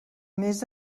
més